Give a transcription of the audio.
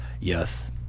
Yes